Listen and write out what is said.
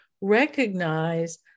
recognize